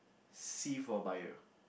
C for bio